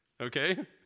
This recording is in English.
okay